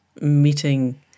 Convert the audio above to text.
meeting